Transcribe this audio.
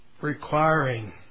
Requiring